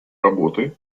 работы